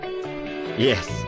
Yes